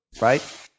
right